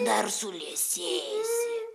dar suliesėsi